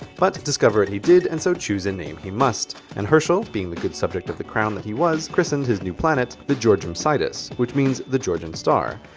but discover he did and so choose a name he must and herschel, being the good subject of the crown that he was, christened his new planet the georgium sidis, which means the georgian star.